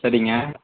சரிங்க